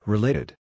Related